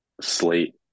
Slate